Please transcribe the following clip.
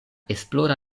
esplora